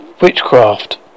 witchcraft